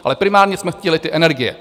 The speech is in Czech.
Ale primárně jsme chtěli ty energie.